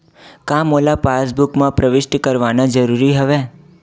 का मोला पासबुक म प्रविष्ट करवाना ज़रूरी हवय?